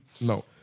No